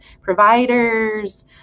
providers